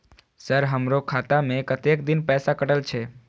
Sir हमारो खाता में कतेक दिन पैसा कटल छे?